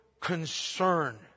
concern